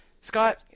Scott